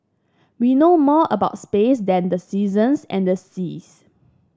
we know more about space than the seasons and the seas